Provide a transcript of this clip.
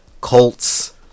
Colts